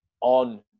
on